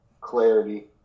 clarity